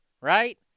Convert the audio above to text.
Right